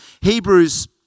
Hebrews